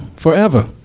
forever